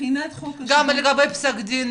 גם לגבי פסק דין,